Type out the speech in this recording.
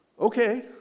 Okay